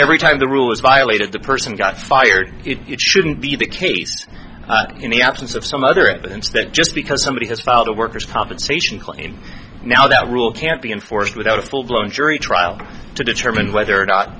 every time the rule is violated the person got fired if it shouldn't be the case in the absence of some other evidence that just because somebody has filed a worker's compensation claim now that rule can't be enforced without a full blown jury trial to determine whether or not